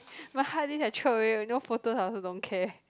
my hard disk I throw away no photos I also don't care